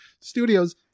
Studios